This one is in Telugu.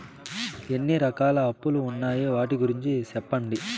ఎన్ని రకాల అప్పులు ఉన్నాయి? వాటి గురించి సెప్పండి?